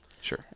Sure